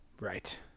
Right